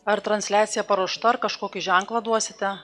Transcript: ar transliacija paruošta ir kažkokį ženklą duosite